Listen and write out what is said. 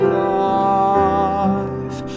life